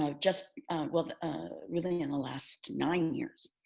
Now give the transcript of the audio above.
ah just well really in the last nine years.